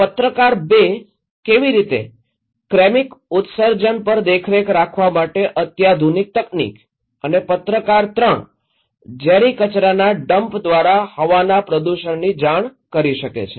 પત્રકાર ૨ કેવી રીતે કેમિક ઉત્સર્જન પર દેખરેખ રાખવા માટે અત્યાધુનિક તકનીક અને પત્રકાર ૩ ઝેરી કચરાના ડમ્પ દ્વારા હવાના પ્રદૂષણની જાણ કરી શકે છે